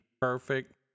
perfect